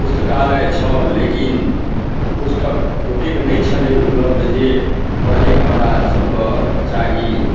पुस्तकालय छल लेकिन पुस्तक ओतेक नहि छलै उपलब्ध जे पढ़ैके हमरा सभके चाही